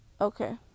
Okay